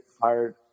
fired